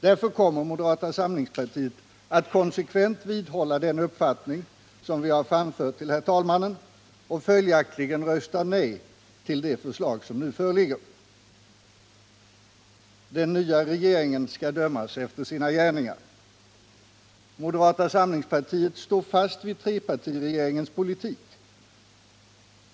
Därför kommer moderata samlingspartiet att konsekvent vidhålla den uppfattning vi framfört till herr talmannen och följaktligen rösta nej till det förslag som nu föreligger. Den nya regeringen skall dömas efter sina gärningar. Moderata samlingspartiet står fast vid trepartiregeringens politik.